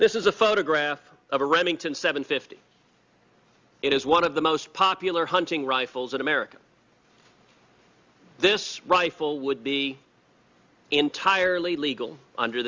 this is a photograph of a remington seven fifty it is one of the most popular hunting rifles in america this rifle would be entirely legal under